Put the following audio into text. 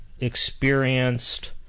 experienced